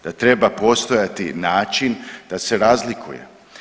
Da treba postojati način da se razlikuje.